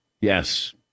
Yes